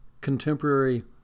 contemporary